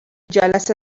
جلسه